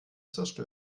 zerstört